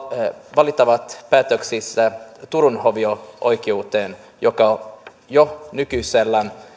valittavat päätöksistä turun hovioikeuteen joka jo nykyisellään